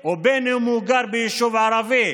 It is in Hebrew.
בין אם הוא גר ביישוב יהודי ובין אם הוא גר ביישוב ערבי.